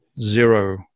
zero